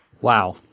Wow